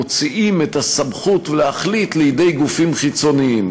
מוציאים את הסמכות להחליט לידי גופים חיצוניים,